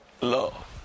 love